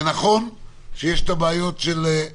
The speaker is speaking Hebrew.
זה נכון שיש את הבעיות שאין